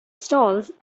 stalls